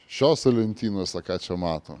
šiose lentynose ką čia mato